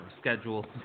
schedule